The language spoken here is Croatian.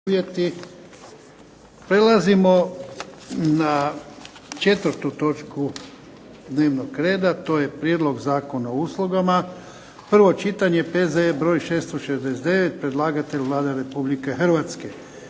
Prelazimo na četvrtu točku dnevnog reda. To je - Prijedlog zakona o uslugama, prvo čitanje, P.Z.E. br. 669. Predlagatelj Vlada Republike Hrvatske.